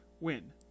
win